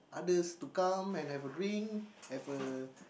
others to come and have a drink have a